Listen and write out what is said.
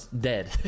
dead